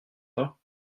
pas